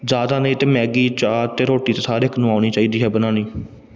ਜ਼ਿਆਦਾ ਨਹੀਂ ਤਾਂ ਮੈਗੀ ਚਾਹ ਅਤੇ ਰੋਟੀ ਸਾ ਹਰ ਇੱਕ ਆਉਣੀ ਚਾਹੀਦੀ ਹੈ ਬਣਾਉਣੀ